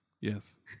yes